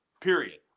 Period